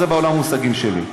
זה בעולם המושגים שלי.